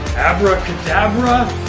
abracadabra,